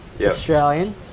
Australian